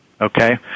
okay